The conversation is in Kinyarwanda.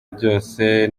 byose